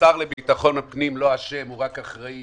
השר לביטחון פנים לא אשם, הוא רק אחראי